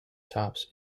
tops